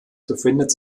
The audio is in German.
befindet